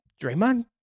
Draymond